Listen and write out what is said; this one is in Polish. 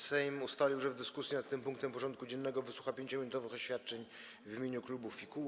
Sejm ustalił, że w dyskusji nad tym punktem porządku dziennego wysłucha 5-minutowych oświadczeń w imieniu klubów i kół.